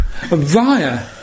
via